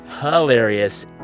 hilarious